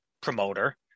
promoter